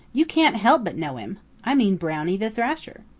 you can't help but know him. i mean brownie the thrasher.